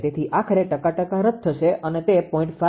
તેથી આખરે ટકા ટકા રદ થશે અને તે 0